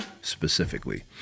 specifically